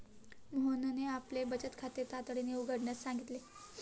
मोहनने आपले बचत खाते तातडीने उघडण्यास सांगितले